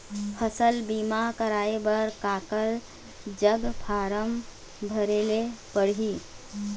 फसल बीमा कराए बर काकर जग फारम भरेले पड़ही?